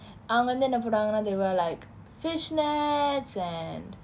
அவங்க வந்து என்ன போடுவாங்கன்னா:avnga vanthu enna poduvaangannaa they wear like fishnets and